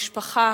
היא במשפחה